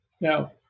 now